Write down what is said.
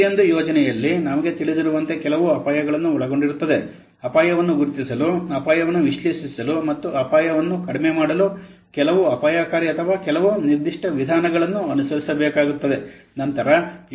ಪ್ರತಿಯೊಂದು ಯೋಜನೆಯಲ್ಲಿ ನಮಗೆ ತಿಳಿದಿರುವಂತೆ ಕೆಲವು ಅಪಾಯಗಳನ್ನು ಒಳಗೊಂಡಿರುತ್ತದೆ ಅಪಾಯವನ್ನು ಗುರುತಿಸಲು ಅಪಾಯವನ್ನು ವಿಶ್ಲೇಷಿಸಲು ಮತ್ತು ಅಪಾಯವನ್ನು ಕಡಿಮೆ ಮಾಡಲು ಕೆಲವು ಅಪಾಯಕಾರಿ ಅಥವಾ ಕೆಲವು ನಿರ್ದಿಷ್ಟ ವಿಧಾನಗಳನ್ನು ಅನುಸರಿಸಬೇಕಾಗುತ್ತದೆ